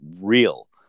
real